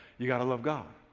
you got to love god.